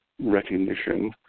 Recognition